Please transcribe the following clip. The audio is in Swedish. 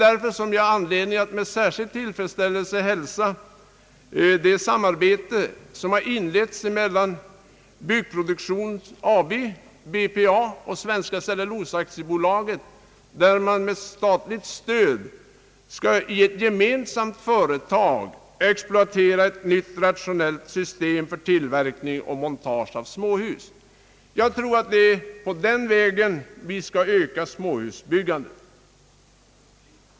Därför har jag anledning att med särskild tillfredsställelse hälsa det samarbete som har inletts mellan Byggproduktion AB och Svenska cellulosa AB. Med statligt stöd skall man i ett gemensamt företag exploatera ett nytt, rationellt system för tillverkning och montage av småhus. Jag tror att det är på den vägen vi skall öka småhusbyggandet.